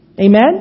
Amen